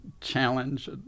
challenge